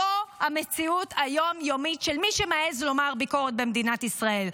זו המציאות היום-יומית של מי שמעז לומר ביקורת במדינת ישראל.